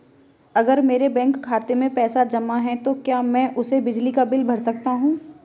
अगर मेरे बैंक खाते में पैसे जमा है तो क्या मैं उसे बिजली का बिल भर सकता हूं?